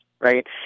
right